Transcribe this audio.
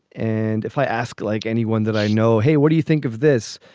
and if i ask like anyone that i know. hey, what do you think of this?